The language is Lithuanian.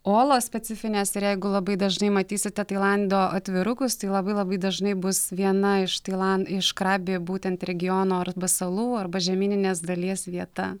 olos specifinės ir jeigu labai dažnai matysite tailando atvirukus tai labai labai dažnai bus viena iš tailan iš krabi būtent regiono arba salų arba žemyninės dalies vieta